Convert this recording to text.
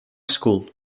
school